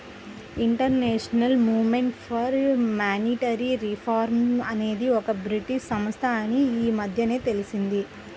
international movement for monetary reform అనేది ఒక British సంస్థ అని ఈ మధ్యనే తెలిసింది